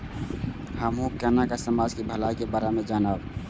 हमू केना समाज के भलाई के बारे में जानब?